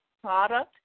product